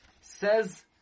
Says